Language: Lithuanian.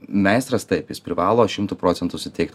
meistras taip jis privalo šimtu procentų suteikt